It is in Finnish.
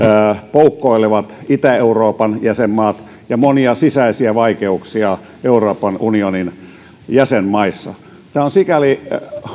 poukkoilevat itä euroopan jäsenmaat ja monia sisäisiä vaikeuksia euroopan unionin jäsenmaissa tämä on sikäli